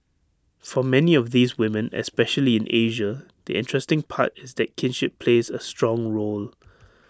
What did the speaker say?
for many of these women especially in Asia the interesting part is that kinship plays A strong role